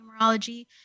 numerology